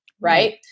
Right